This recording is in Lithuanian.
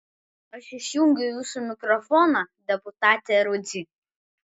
aš išjungiau jūsų mikrofoną deputate rudzy